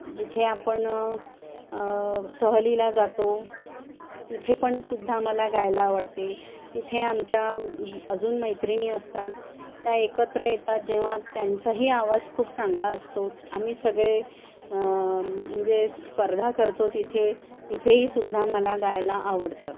जिथे आपण सहलीला जातो तिथे पण सुद्धा मला गायला आवडते तिथे आमच्या अजून मैत्रिणी असतात त्या एकत्र येतात जेव्हा त्यांचाही आवाज खूप चांगला असतो आम्ही सगळे म्हणजे स्पर्धा करतो तिथे तिथेही सुद्धा मला गायला आवडतं